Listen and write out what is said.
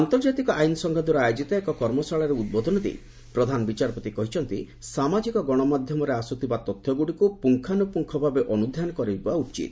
ଆନ୍ତର୍ଜାତିକ ଆଇନ ସଂଘ ଦ୍ୱାରା ଆୟୋଜିତ ଏକ କର୍ମଶାଳାରେ ଉଦ୍ବୋଧନ ଦେଇ ପ୍ରଧାନ ବିଚାରପତି କହିଛନ୍ତି ସାମାଜିକ ଗଣମାଧ୍ୟମରେ ଆସୁଥିବା ତଥ୍ୟଗୁଡ଼ିକୁ ପୁଙ୍ଗାନୁପୁଙ୍ଗ ଭାବେ ଅନୁଧ୍ୟାନ କରିବା ଉଚିତ